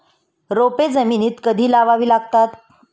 रोपे जमिनीत कधी लावावी लागतात?